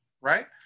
right